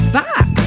back